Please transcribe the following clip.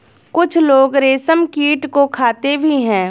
कुछ लोग रेशमकीट को खाते भी हैं